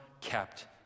kept